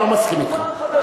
אני לא מסכים אתך.